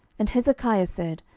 and hezekiah said,